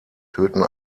töten